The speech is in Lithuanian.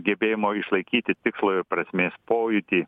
gebėjimo išlaikyti tikslo ir prasmės pojūtį